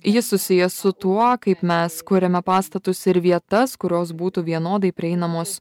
jis susijęs su tuo kaip mes kuriame pastatus ir vietas kurios būtų vienodai prieinamos